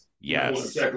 yes